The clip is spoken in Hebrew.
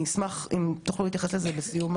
תודה.